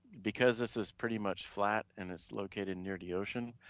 because this is pretty much flat and is located near the ocean,